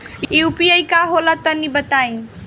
इ यू.पी.आई का होला तनि बताईं?